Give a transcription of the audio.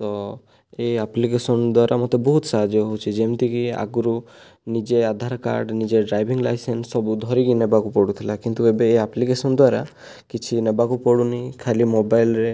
ତ ଏଇ ଆପ୍ଲିକେସନ ଦ୍ଵାରା ମୋତେ ବହୁତ ସାହାଯ୍ୟ ହେଉଛି ଯେମତିକି ଆଗରୁ ନିଜେ ଆଧାର କାର୍ଡ଼ ନିଜେ ଡ୍ରାଇଭିଂ ଲାଇସେନ୍ସ ସବୁ ଧରିକି ନେବାକୁ ପଡ଼ୁଥିଲା କିନ୍ତୁ ଏବେ ଏ ଆପ୍ଲିକେସନ ଦ୍ଵାରା କିଛି ନେବାକୁ ପଡ଼ୁନି ଖାଲି ମୋବାଇଲରେ